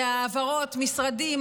בהעברות משרדים,